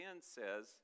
says